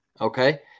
okay